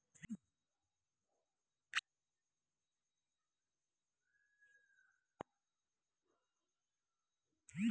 ಬೇಜಗಳು ಮೊಳಕೆಯೊಡೆಯುವ ಸಂದರ್ಭದಲ್ಲಿ ಅತಿಯಾದ ಮಳೆ ಆಗುವುದರಿಂದ ಬೆಳವಣಿಗೆಯು ಕುಂಠಿತವಾಗುವುದೆ?